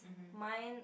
mine